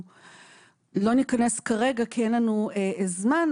לא ניכנס כרגע, כי אין לנו זמן.